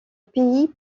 pays